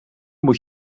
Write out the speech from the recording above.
moet